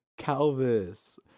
calvis